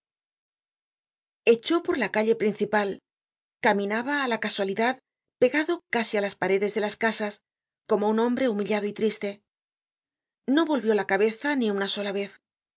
echó por la callé principal caminaba á la casualidad pegado casi á las paredes de las casas como un hombre humillado y triste no volvió la cabeza ni una sola vez si